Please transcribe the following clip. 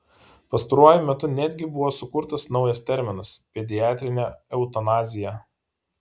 pastaruoju metu netgi buvo sukurtas naujas terminas pediatrinė eutanazija